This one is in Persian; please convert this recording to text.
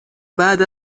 بعد